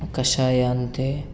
ಕಷಾಯ ಅಂತೆ